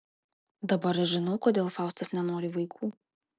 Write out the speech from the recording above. dabar aš žinau kodėl faustas nenori vaikų